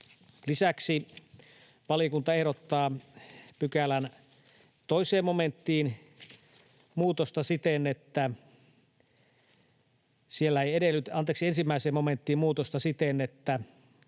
Lisäksi valiokunta ehdottaa pykälän 1 momenttiin muutosta siten, että